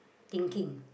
thinking